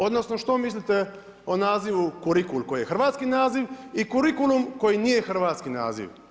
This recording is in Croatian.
Odnosno što mislite o nazivu kurikul koji je hrvatski naziv i kurikulum koji nije hrvatski naziv?